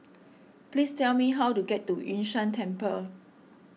please tell me how to get to Yun Shan Temple